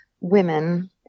women